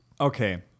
okay